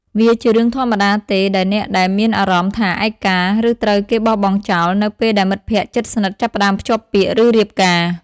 វាជារឿងធម្មតាទេដែលអ្នកដែលមានអារម្មណ៍ថា ឯកា ឬត្រូវគេបោះបង់ចោល នៅពេលដែលមិត្តភក្តិជិតស្និទ្ធចាប់ផ្តើមភ្ជាប់ពាក្យ ឬរៀបការ។